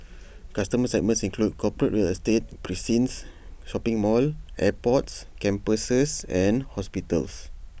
customer segments include corporate real estate precincts shopping malls airports campuses and hospitals